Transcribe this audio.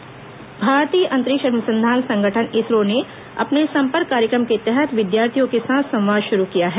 इसरो संवाद भारतीय अंतरिक्ष अनुसंधान संगठन इसरो ने अपने संपर्क कार्यक्रम के तहत विद्यार्थियों के साथ संवाद शुरू किया है